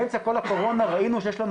באמצע כל הקורונה ראינו,